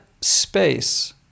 space